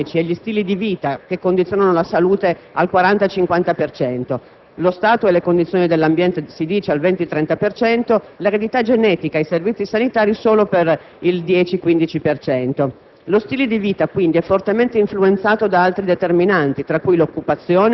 condizioni di vita e di lavoro, l'accesso ai servizi. I fattori socioeconomici e gli stili di vita condizionano la salute al 40-50 per cento; lo stato e le condizioni dell'ambiente per il 20-30 per cento; l'eredità genetica e i servizi sanitari solo per il 10-15